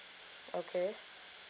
okay